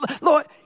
Lord